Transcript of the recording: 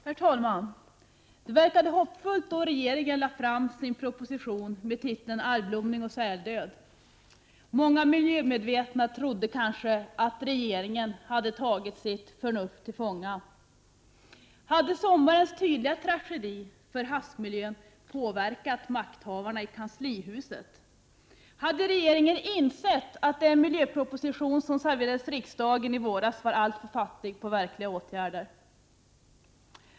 Herr talman! Det verkade hoppfullt då regeringen lade fram sin proposition med titeln Algblomning och säldöd. De miljömedvetna trodde att regeringen kanske tagit sitt förnuft till fånga. Hade sommarens tydliga tragedi för havsmiljön påverkat makthavarna i kanslihuset? Hade regeringen insett att den miljöproposition som serverades riksdagen i våras var alltför fattig på verkliga åtgärder?